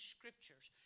Scriptures